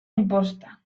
imposta